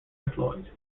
employed